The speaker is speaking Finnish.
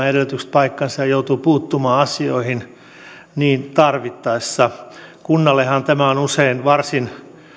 paikkansa ja joutuu puuttumaan asioihin niin tarvittaessa kunnallehan tämä on usein varsin